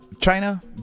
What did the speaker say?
China